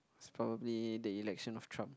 it's probably the election of Trump